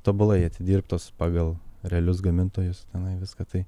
tobulai atidirbtos pagal realius gamintojus tenai viską tai